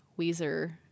Weezer